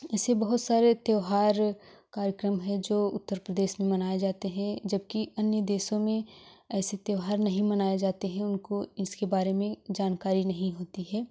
ऐसे बहुत सारे त्योहार कार्यक्रम हैं जो उत्तर प्रदेश में मनाए जाते हैं जबकि अन्य देशों में ऐसे त्योहार नहीं मनाए जाते हैं उनको इसके बारे में जानकारी नहीं होती है